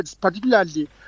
particularly